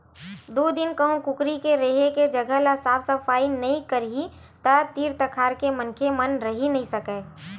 दू दिन कहूँ कुकरी के रेहे के जघा ल साफ नइ करही त तीर तखार के मनखे मन रहि नइ सकय